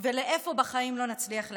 ולאיפה בחיים לא נצליח להגיע.